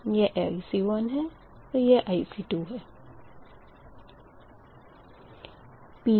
यह IC1 और यह IC2